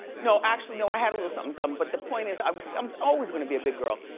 no, actually, no, i had a little somethin' done but the point is, i'm um always gonna be a big girl.